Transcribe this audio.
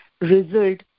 result